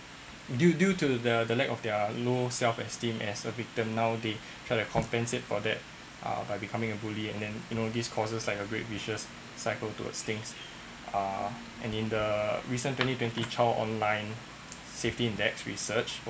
due due to the lack of their low self esteem as a victim nowadays trying to compensate for that uh by becoming a bully and then you know these causes like a great vicious cycle towards things uh and in the recent twenty twenty child online safety index research